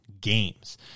games